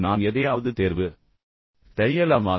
நான் எதையாவது தேர்வு செய்யலாமா